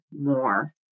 more